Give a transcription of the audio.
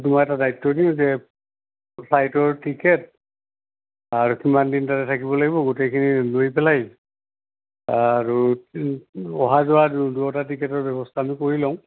তোমাক এটা দায়িত্ব দিওঁ যে ফ্লাইটৰ টিকেট আৰু কিমান দিন তাতে থাকিব লাগিব গোটেইখিনি লৈ পেলাই আৰু অহা যোৱা দুটা টিকেটৰ ব্যৱস্থা আমি কৰি লওঁ